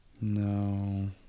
No